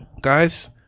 Guys